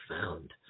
found